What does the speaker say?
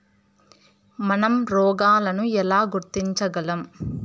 మనం రోగాలను ఎలా గుర్తించగలం?